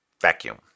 Vacuum